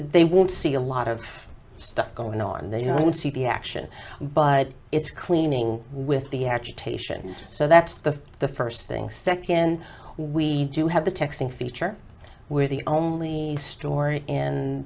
they want to see a lot of stuff going on they don't see the action but it's cleaning with the agitation so that's the the first thing second we do have the texting feature we're the only story in